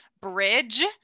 bridge